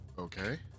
okay